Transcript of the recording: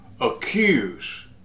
accuse